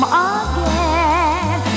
again